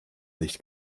nicht